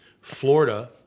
Florida